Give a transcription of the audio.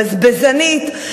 בזבזנית,